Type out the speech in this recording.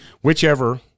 whichever